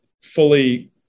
fully